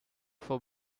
for